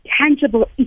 tangible